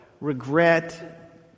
regret